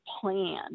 plan